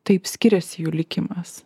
taip skiriasi jų likimas